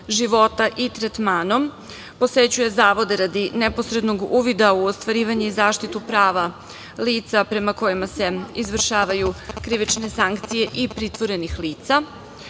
života i tretmanom, posećuje zavode radi neposrednog uvida u ostvarivanje i zaštitu prava lica prema kojima se izvršavaju krivične sankcije i pritvorenih lica.